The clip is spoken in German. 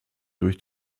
durch